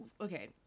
okay